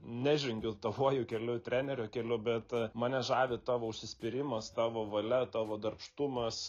nežengiu tavuoju keliu trenerio keliu bet mane žavi tavo užsispyrimas tavo valia tavo darbštumas